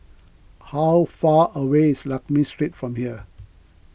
how far away is Lakme Street from here